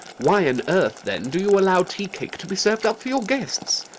why on earth then do you allow tea-cake to be served up for your guests?